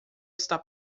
está